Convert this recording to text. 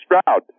Stroud